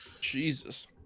Jesus